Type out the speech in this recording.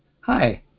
Hi